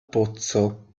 pozzo